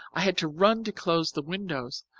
i had to run to close the windows,